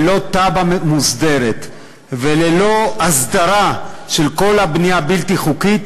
ללא תב"ע מוסדרת וללא הסדרה של כל הבנייה הבלתי-חוקית,